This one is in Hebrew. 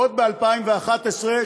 עוד ב-2011,